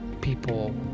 people